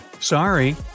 Sorry